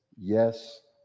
Yes